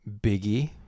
Biggie